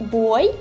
boy